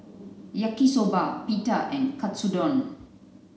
Yaki Soba Pita and Katsudon